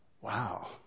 wow